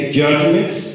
judgments